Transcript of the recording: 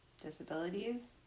disabilities